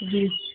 जी